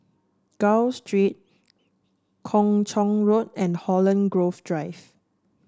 Gul Street Kung Chong Road and Holland Grove Drive